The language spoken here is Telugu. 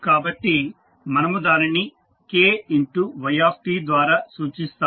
కాబట్టి మనము దానిని Kyt ద్వారా సూచిస్తాము